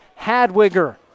Hadwiger